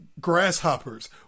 grasshoppers